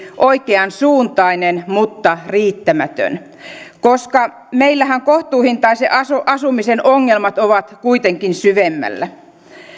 oikeansuuntainen mutta riittämätön koska meillähän kohtuuhintaisen asumisen ongelmat ovat kuitenkin syvemmällä